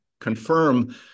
confirm